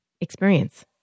experience